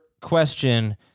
question